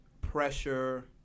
pressure